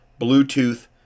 bluetooth